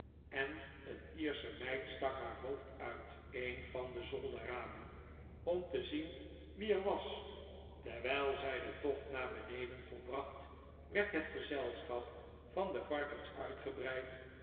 en een iersche meid stak haar hoofd uit een van de zolderramen om te zien wie er was terwijl zij den tocht naar beneden volbracht werd het gezelschap van de varkens uitgebreid